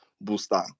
booster